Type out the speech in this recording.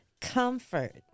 Comfort